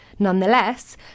Nonetheless